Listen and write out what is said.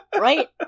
Right